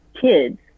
kids